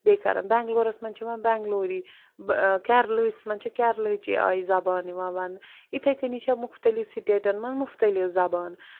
بیٚیہِ کران بٮ۪نٛگلورَس منٛز چھِ یِوان بٮ۪نٛگلوری کٮ۪رلٕہِس منٛز چھِ کیرلہٕچی آیہِ زَبان یِوان وَنٛنہٕ اِتھَے کٔنی چھےٚ مُختٔلِف سِٹیٚٹَن منٛز مُختٔلِف زَبان